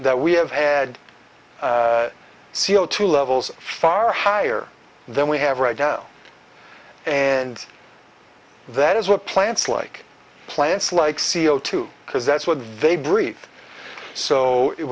that we have had c o two levels far higher than we have right now and that is what plants like plants like c o two because that's what they breathe so it